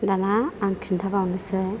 दानिया आं खिनथाबावनोसै